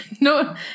No